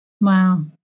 Wow